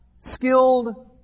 skilled